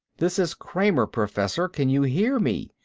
this is kramer, professor. can you hear me?